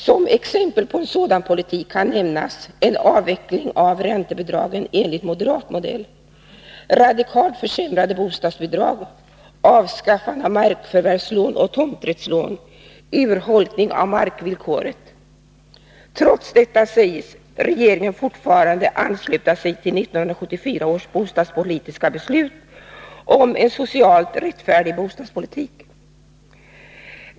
Som exempel på en sådan politik kan nämnas en avveckling av räntebidragen enligt moderat modell, radikalt försämrade bostadsbidrag, avskaffade markförvärvslån och tomträttslån samt urholk ning av markvillkoret. Trots detta sägs regeringen fortfarande ansluta sig till 1974 års bostadspolitiska beslut om en socialt rättfärdig bostadspolitik.